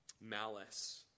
Malice